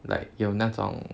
like 有那种